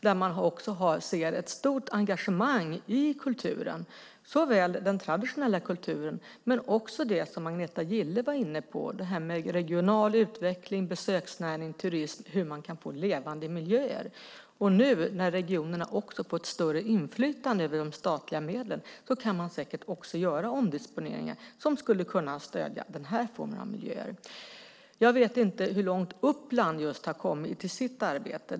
Där ser man också ett stort engagemang i kulturen. Det gäller såväl den traditionella kulturen som det som Agneta Gille var inne på, det vill säga regional utveckling, besöksnäring, turism och hur man kan få levande miljöer. Nu när regionerna har fått ett större inflytande över de statliga medlen kan man säkert också göra omdisponeringar som skulle kunna stödja den här formen av miljöer. Jag vet inte hur långt just Uppland har kommit i sitt arbete.